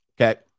Okay